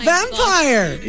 Vampire